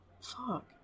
fuck